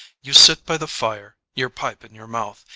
you sit by the fire, your pipe in your mouth,